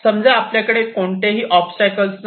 समजा सध्या आपल्याकडे कोणतेही ओबस्टॅकल्स नाही